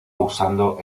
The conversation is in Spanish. usando